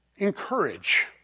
encourage